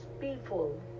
people